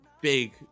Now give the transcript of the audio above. big